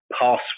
password